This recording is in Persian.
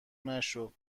نشو